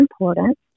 important